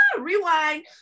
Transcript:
Rewind